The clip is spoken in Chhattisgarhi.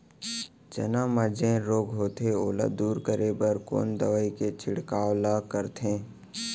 चना म जेन रोग होथे ओला दूर करे बर कोन दवई के छिड़काव ल करथे?